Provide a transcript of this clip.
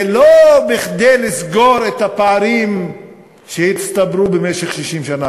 וזה לא כדי לסגור את הפערים שהצטברו במשך 60 שנה,